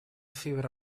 fibra